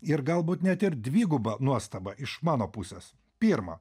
ir galbūt net ir dviguba nuostaba iš mano pusės pirma